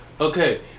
Okay